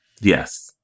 Yes